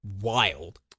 wild